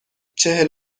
چهل